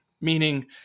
Meaning